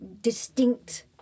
distinct